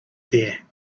there